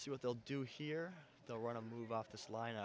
see what they'll do here they'll want to move off this line